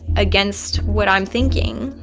against what i'm thinking.